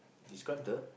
describe the